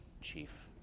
chief